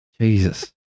Jesus